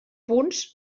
punts